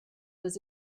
was